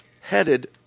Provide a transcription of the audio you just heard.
headed